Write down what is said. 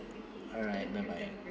alright bye bye